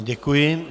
Děkuji.